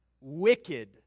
Wicked